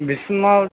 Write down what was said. बेसिमाव